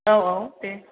औ औ दे